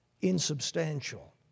insubstantial